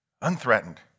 unthreatened